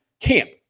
camp